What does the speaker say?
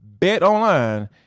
BetOnline